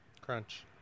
crunch